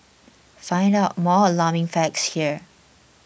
find out more alarming facts here